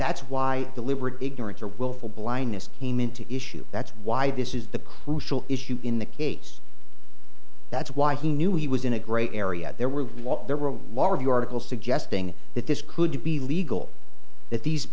that's why deliberate ignorance or willful blindness came into issue that's why this is the crucial issue in the case that's why he knew he was in a gray area there were a lot there were a large your article suggesting that this could be legal that these